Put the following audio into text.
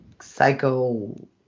psycho